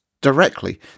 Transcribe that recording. directly